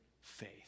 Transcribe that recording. faith